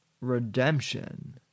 redemption